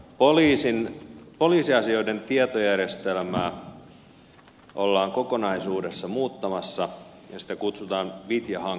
poliisiasioiden tietojärjestelmää ollaan kokonaisuudessaan muuttamassa ja sitä kutsutaan vitja hankkeeksi